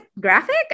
graphic